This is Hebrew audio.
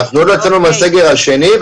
עוד לא יצאנו מהסגר השני,